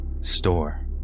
store